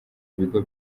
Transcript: ibigo